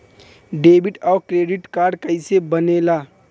Debit और credit card कईसे बने ने ला?